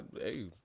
hey